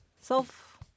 self